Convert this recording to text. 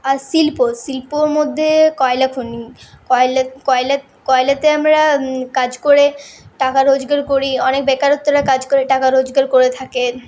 আর শিল্প শিল্পর মধ্যে কয়লা খনি কয়লা কয়লা কয়লাতে আমরা কাজ করে টাকা রোজগার করি অনেক বেকারত্বেরা কাজ করে টাকা রোজগার করে থাকে